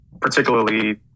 particularly